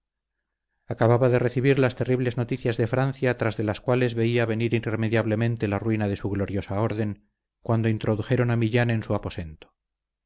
acababa de recibir las terribles noticias de francia tras de las cuales veía venir irremediablemente la ruina de su gloriosa orden cuando introdujeron a millán en su aposento